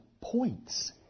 points